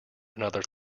another